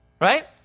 right